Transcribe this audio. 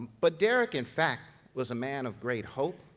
but, derrick in fact, was a man of great hope,